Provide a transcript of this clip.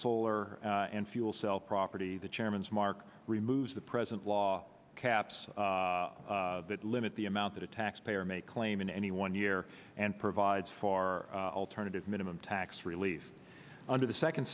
solar and fuel cell property the chairman's mark removes the present law caps that limit the amount that a tax payer may claim in any one year and provides far alternative minimum tax relief under the second